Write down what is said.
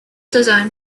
design